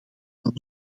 van